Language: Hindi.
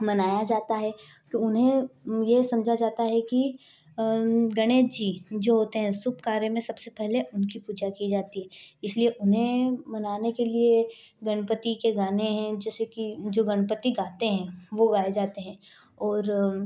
मनाया जाता है कि उन्हें ये समझा जाता है कि गणेश जी जो होते हैं शुभ कार्य में सबसे पहले उनकी पूजा की जाती इसलिए उन्हें मनाने के लिए गणपति के गाने हैं जैसे की जो गणपति गाते हैं वो गाए जाते हैं और